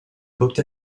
booked